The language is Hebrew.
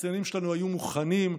המחסנים שלנו היו מוכנים,